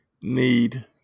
need